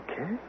Okay